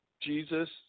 Jesus